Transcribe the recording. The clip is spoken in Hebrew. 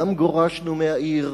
גם גורשנו מהעיר,